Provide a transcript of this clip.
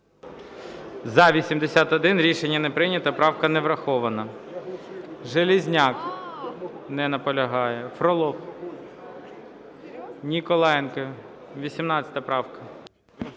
За-81 Рішення не прийнято. Правка не врахована. Железняк не наполягає. Фролов. Ніколаєнко, 18 правка.